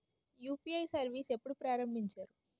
UPI service ఎప్పుడు ప్రారంభించారు?